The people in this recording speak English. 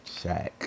Shaq